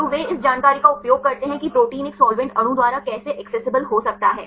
तो वे इस जानकारी का उपयोग करते हैं कि प्रोटीन एक साल्वेंट अणु द्वारा कैसे एक्सेसिबल हो सकता है